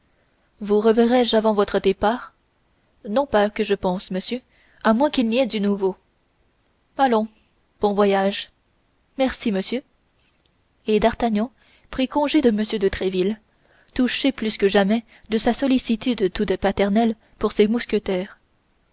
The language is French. vous reverrai-je avant votre départ non pas que je pense monsieur à moins qu'il n'y ait du nouveau allons bon voyage merci monsieur et d'artagnan prit congé de m de tréville touché plus que jamais de sa sollicitude toute paternelle pour ses mousquetaires